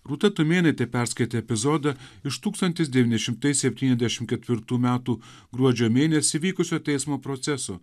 rūta tumėnaitė perskaitė epizodą iš tūkstantis devyni šimtai septyniasdešim ketvirtų metų gruodžio mėnesį vykusio teismo proceso